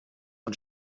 von